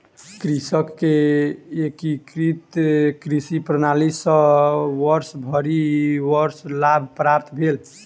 कृषक के एकीकृत कृषि प्रणाली सॅ वर्षभरि वर्ष लाभ प्राप्त भेल